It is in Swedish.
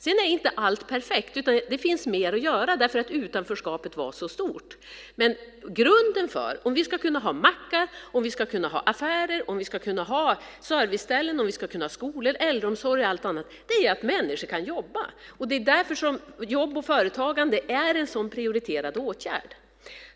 Sedan är inte allt perfekt, utan det finns mer att göra därför att utanförskapet var så stort. Men grunden för att vi ska kunna ha mackar, att vi ska kunna ha affärer, att vi ska kunna ha serviceställen, att vi ska kunna ha skolor, äldreomsorg och allt annat är att människor kan jobba. Det är därför som jobb och företagande är en sådan prioriterad åtgärd.